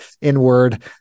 inward